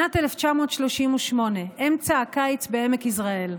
שנת 1938, אמצע הקיץ בעמק יזרעאל.